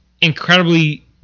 incredibly